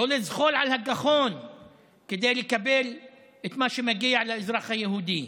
לזחול על הגחון כדי לקבל את מה שמגיע לאזרח היהודי.